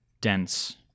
dense